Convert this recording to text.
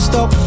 Stop